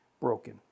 broken